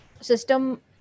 system